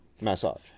massage